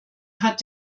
hat